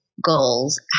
goals